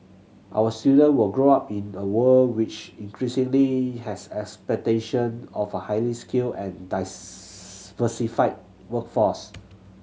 our students will grow up in a world which increasingly has expectation of a highly skilled and workforce